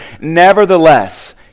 Nevertheless